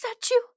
statue